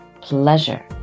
pleasure